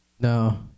No